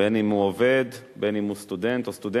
בין אם הוא עובד, בין אם הוא סטודנט או סטודנטית,